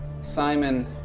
Simon